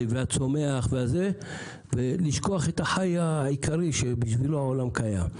והצומח ובמקביל לשכוח את החי העיקרי שבשבילו העולם קיים.